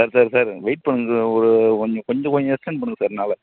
sir sir sir wait பண்ணுங்க sir ஒரு கொஞ்சம் கொஞ்சம் கொஞ்சம் எக்ஸ்டர்ன் பண்ணுங்க சார் நாளை